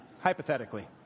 Hypothetically